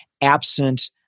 absent